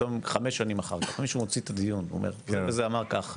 פתאום חמש שנים אחר כך מישהו מוציא את הדיון ואומר שזה אמר כך.